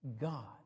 God